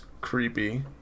creepy